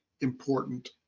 important